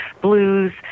blues